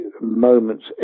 moments